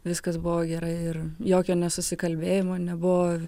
viskas buvo gerai ir jokio nesusikalbėjimo nebuvo